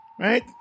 Right